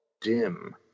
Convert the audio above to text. dim